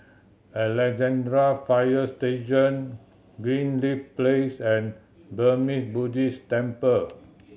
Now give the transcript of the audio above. Alexandra Fire Station Greenleaf Place and Burmese Buddhist Temple